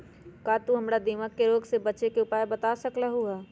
का तू हमरा दीमक के रोग से बचे के उपाय बता सकलु ह?